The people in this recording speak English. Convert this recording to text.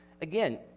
Again